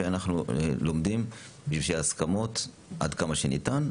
ואנחנו לומדים בשביל שיהיו הסכמות עד כמה שניתן,